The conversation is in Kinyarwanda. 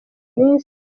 minsi